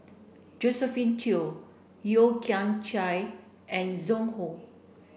Josephine Teo Yeo Kian Chye and Zhu Hong